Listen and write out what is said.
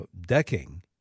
decking